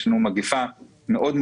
יש לנו מגפה קשה מאוד,